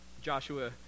Joshua